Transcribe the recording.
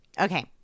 Okay